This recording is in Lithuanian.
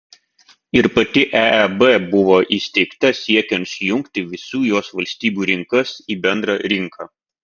ir pati eeb buvo įsteigta siekiant sujungti visų jos valstybių rinkas į bendrą rinką